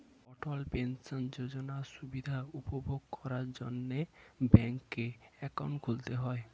অটল pension যোজনার সুবিধা উপভোগ করার জন্যে ব্যাংকে অ্যাকাউন্ট খুলতে হয়